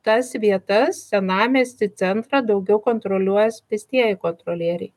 tas vietas senamiestį centrą daugiau kontroliuos pėstieji kontrolieriai